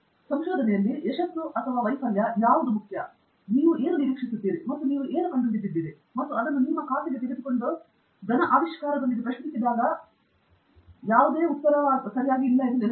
ಆದರೆ ಸಂಶೋಧನೆಯಲ್ಲಿ ಯಶಸ್ಸು ಅಥವಾ ವೈಫಲ್ಯ ಯಾವುದು ಮುಖ್ಯ ಏನು ನೀವು ನಿರೀಕ್ಷಿಸುತ್ತೀರಿ ಮತ್ತು ನೀವು ಕಂಡುಹಿಡಿದಿದ್ದೀರಿ ಮತ್ತು ಅದನ್ನು ನಿಮ್ಮ ಖಾತೆಗೆ ತೆಗೆದುಕೊಂಡು ಘನ ಆವಿಷ್ಕಾರದೊಂದಿಗೆ ಪ್ರಶ್ನಿಸಿದಾಗ ಘನ ಉತ್ತರದೊಂದಿಗೆ ಏನಾದರೂ ಇಲ್ಲ ಎಂದು ನೆನಪಿಡಿ